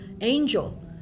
angel